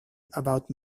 about